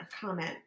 comment